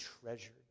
treasured